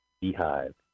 Beehive